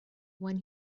when